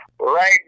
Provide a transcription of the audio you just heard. Right